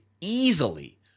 easily